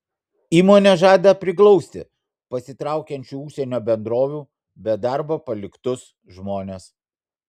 įmonė žada priglausti pasitraukiančių užsienio bendrovių be darbo paliktus žmones